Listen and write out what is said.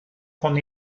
con